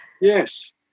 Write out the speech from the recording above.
Yes